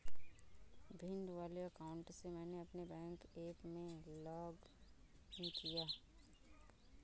भिंड वाले अकाउंट से मैंने अपने बैंक ऐप में लॉग इन किया